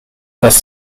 passe